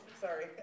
sorry